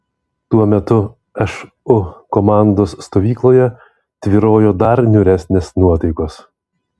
tuo metu šu komandos stovykloje tvyrojo dar niūresnės nuotaikos